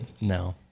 No